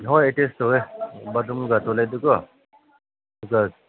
ꯍꯣꯏ ꯑꯦꯇꯦꯁ ꯇꯧꯋꯦ ꯕꯥꯔꯠꯔꯨꯝꯒ ꯇꯣꯏꯂꯦꯠꯀꯣ ꯑꯗꯨꯒ